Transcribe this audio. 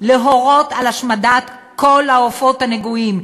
להורות על השמדת כל העופות הנגועים,